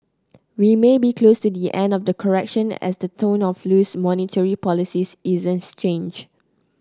we may be close to the end of the correction as the tone of loose monetary policies isn't change